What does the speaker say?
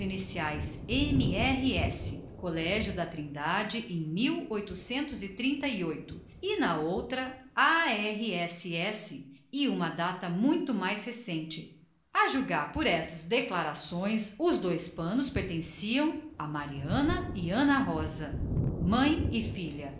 s e colégio da trindade em oito e na outra que estava em melhor estado de conservação a r s s e uma data muito mais recente a julgar por estas letras os dois quadros tinham sido bordados por mariana e ana rosa mãe e filha